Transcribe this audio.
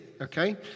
Okay